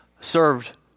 served